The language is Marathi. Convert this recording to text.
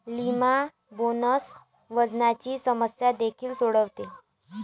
लिमा बीन्स वजनाची समस्या देखील सोडवते